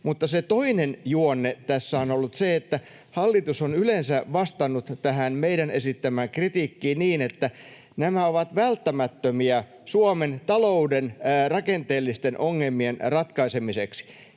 Mutta se toinen juonne tässä on ollut se, että hallitus on yleensä vastannut tähän meidän esittämäämme kritiikkiin niin, että nämä ovat välttämättömiä Suomen talouden rakenteellisten ongelmien ratkaisemiseksi,